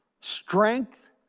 Strength